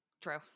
True